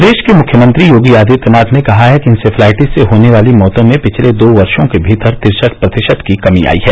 प्रदेश के मुख्यमंत्री योगी आदित्यनाथ ने कहा है कि इन्सेफेलाइटिस से होने वाली मौतों में पिछले दो व र्गो के भीतर तिरसठ प्रतिशत की कमी आयी है